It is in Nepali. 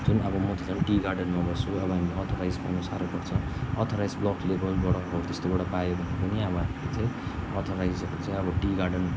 जुन अब म त झन टी गार्डनमा बस्छु अब हामी अथराइज पाउनु साह्रो पर्छ अथराइज ब्लक लेभलबाट हो त्यस्तोबाट पायो भने पनि अब हामी चाहिँ अथराइजहरू चाहिँ अब टी गार्डन